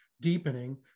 deepening